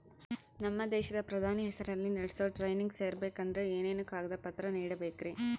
ನಮ್ಮ ದೇಶದ ಪ್ರಧಾನಿ ಹೆಸರಲ್ಲಿ ನಡೆಸೋ ಟ್ರೈನಿಂಗ್ ಸೇರಬೇಕಂದರೆ ಏನೇನು ಕಾಗದ ಪತ್ರ ನೇಡಬೇಕ್ರಿ?